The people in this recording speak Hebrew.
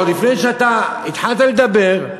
עוד לפני שאתה התחלת לדבר,